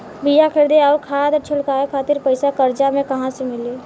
बीया खरीदे आउर खाद छिटवावे खातिर पईसा कर्जा मे कहाँसे मिली?